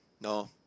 No